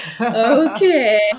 okay